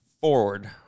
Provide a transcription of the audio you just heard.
forward